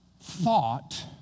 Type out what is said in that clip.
thought